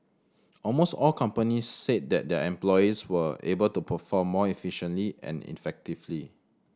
almost all companies said that their employees were able to perform more efficiently and effectively